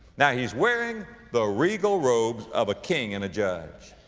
now, he's wearing the regal robes of a king and a judge.